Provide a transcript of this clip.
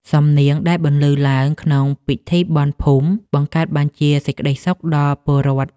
សំនៀងដែលបន្លឺឡើងក្នុងពិធីបុណ្យភូមិ បង្កើតបានជាសេចក្ដីសុខដល់ពលរដ្ឋ។